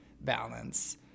balance